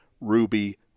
Ruby